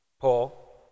Paul